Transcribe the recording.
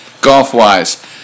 golf-wise